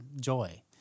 joy